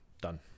done